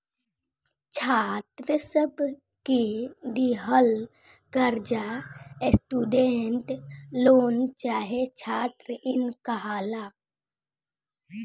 छात्र सब के दिहल कर्जा स्टूडेंट लोन चाहे छात्र इन कहाला